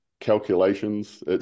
calculations